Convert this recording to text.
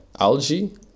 algae